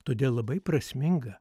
todėl labai prasminga